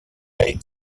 way